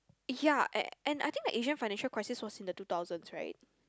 ya and and I think the Asian financial crisis was in the two thousands right